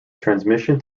transmission